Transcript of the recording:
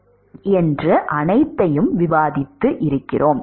இது வரை நாம் இன்று விவாதித்தோம்